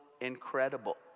incredible